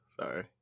sorry